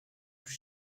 plus